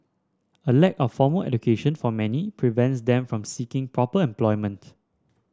a lack of formal education for many prevents them from seeking proper employment